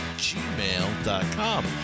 gmail.com